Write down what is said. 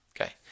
Okay